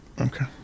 okay